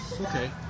Okay